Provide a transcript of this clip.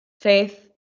Faith